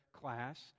class